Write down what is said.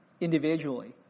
individually